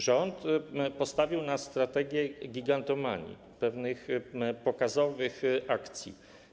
Rząd postawił na strategię gigantomanii, pewnych pokazowych akcji.